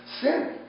sin